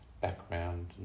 background